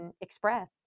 express